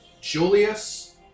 Julius